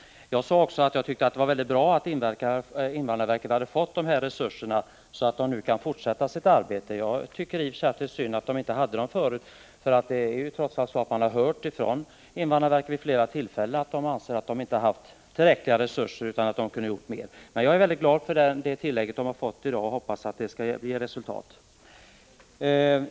Jag sade tidigare att jag tyckte att det var väldigt bra att invandrarverket hade fått ytterligare resurser, så att det nu kan fortsätta sitt arbete. I och för sig är det synd att invandrarverket inte hade dessa resurser förut. Man har ju vid flera tillfällen hört att invandrarverket anser att det inte haft tillräckliga resurser och att man kunde ha gjort mer. Jag är väldigt glad för det tillägg som invandrarverket har fått, och jag hoppas att det också skall ge resultat.